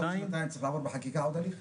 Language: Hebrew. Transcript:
עוד שנתיים צריך לעבור בחקיקה עוד הליך?